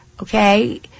okay